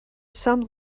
some